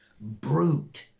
brute